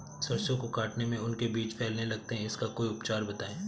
सरसो को काटने में उनके बीज फैलने लगते हैं इसका कोई उपचार बताएं?